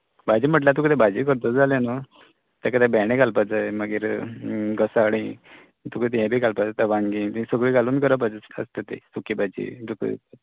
भाजी म्हटल्यार तुका ते भाजी करतले जाल्यार न्हू तेका ते भेंडें घालपाक जाय मागीर घोसाळीं तुका ते यें बी घालपाक जाता वांगी बी सगळीं घालून करप ती सुकी भाजी बी ती